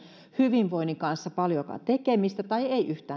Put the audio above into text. hyvinvoinnin kanssa paljoakaan tekemistä tai ei